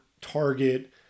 target